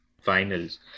finals